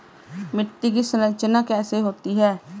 मिट्टी की संरचना कैसे होती है?